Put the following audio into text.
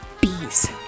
bees